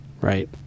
right